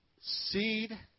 seed